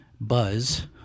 buzz